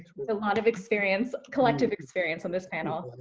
a lot of experience, collective experience on this panel.